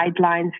guidelines